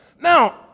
Now